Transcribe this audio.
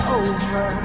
over